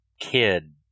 kid